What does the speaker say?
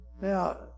now